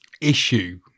issue